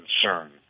concern